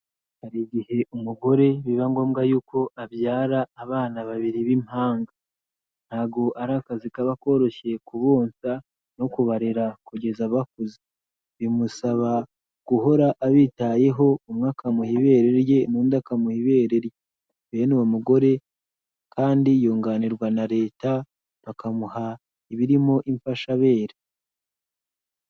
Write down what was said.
Hari igihe umugore biba ngombwa yuko abyara abana babiri b'impanga. Ntabwo ari akazi kaba koroshye kubonsa no kubarera kugeza bakuze. Bimusaba guhora abitayeho umwe akamuha ibere rye n'undi akamuha ibere. Bene uwo mugore kandi yunganirwa na leta bakamuha ibirimo imfashabere.